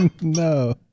No